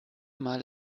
mal